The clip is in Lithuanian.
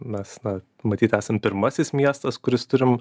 mes na matyt esam pirmasis miestas kuris turim